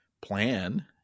plan